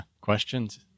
questions